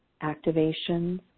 activations